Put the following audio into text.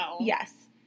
yes